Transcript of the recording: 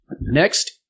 Next